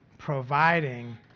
providing